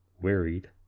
wearied